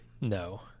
No